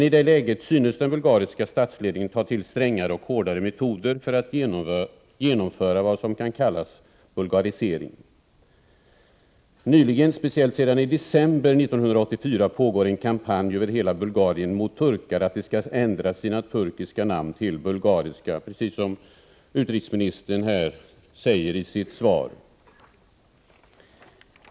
I det läget synes den bulgariska statsledningen ta till strängare och hårdare metoder för att genomföra vad som kan kallas bulgarisering. Nu, speciellt sedan december 1984, pågår en kampanj över hela Bulgarien mot turkar för att de skall ändra sina turkiska namn till bulgariska, precis som utrikesministern nämner i sitt svar.